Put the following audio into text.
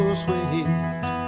sweet